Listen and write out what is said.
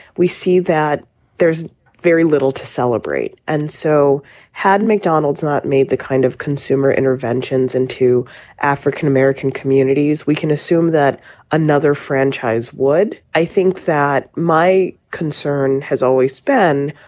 we see that there's very little to celebrate. and so had mcdonald's not made the kind of consumer interventions into african-american communities, we can assume that another franchise would. i think that my concern has always been,